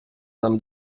нам